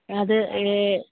അത് ഏ